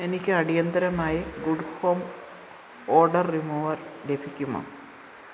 എനിക്ക് അടിയന്തിരമായി good home order remover ലഭിക്കുമോ